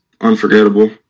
unforgettable